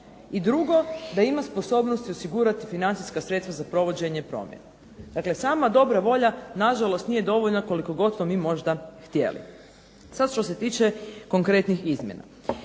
i drugo da ima sposobnosti osigurati financijska sredstva za provođenje promjena. Dakle, sama dobra volja nažalost nije dovoljna koliko god to mi možda htjeli. Sad što se tiče konkretnih izmjena.